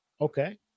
Okay